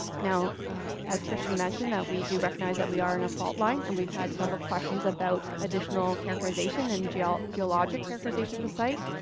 now as kristan mentioned that we do recognize that we are in a fault line, and we've had several questions about additional characterization, and geologic geologic characterization of the site.